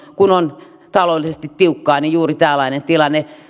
kun on taloudellisesti tiukkaa juuri tällainen tilanne